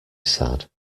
sad